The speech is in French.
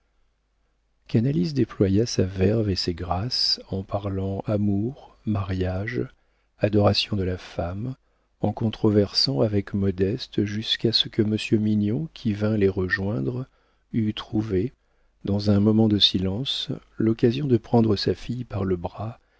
déploya sa verve et ses grâces en parlant amour mariage adoration de la femme en controversant avec modeste jusqu'à ce que monsieur mignon qui vint les rejoindre eût trouvé dans un moment de silence l'occasion de prendre sa fille par le bras